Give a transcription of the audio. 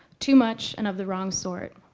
too much and of the wrong sort.